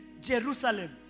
Jerusalem